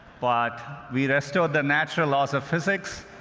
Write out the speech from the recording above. but we restored the natural laws of physics.